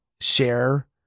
share